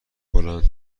بلند